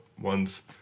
ones